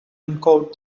encode